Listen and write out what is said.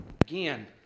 Again